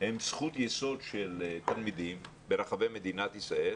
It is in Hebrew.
הם זכות יסוד של תלמידים ברחבי מדינת ישראל